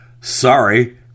Sorry